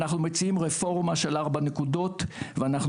אנחנו מציעים רפורמה של ארבע נקודות ואנחנו